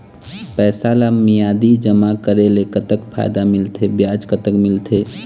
पैसा ला मियादी जमा करेले, कतक फायदा मिलथे, ब्याज कतक मिलथे?